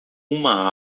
uma